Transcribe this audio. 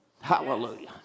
Hallelujah